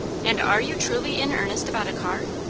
and are you truly in earnest about a car?